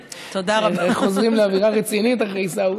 איך חוזרים לאווירה רצינית אחרי עיסאווי?